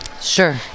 Sure